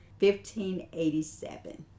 1587